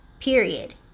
Period